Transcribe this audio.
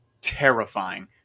terrifying